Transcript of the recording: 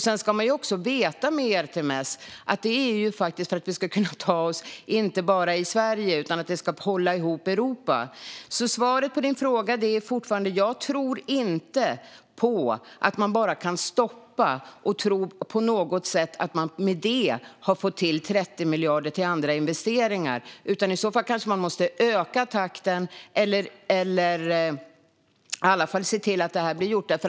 Sedan ska man ju också veta att syftet med ERTMS inte bara är att vi ska kunna resa inom Sverige, utan det ska hålla ihop Europa. Svaret på din fråga, Jens, är alltså fortfarande: Jag tror inte att man bara kan stoppa detta och på något sätt tro att man i och med det har fått 30 miljarder till andra investeringar. I så fall kanske man i stället måste öka takten - eller i alla fall se till att det här blir gjort.